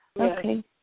Okay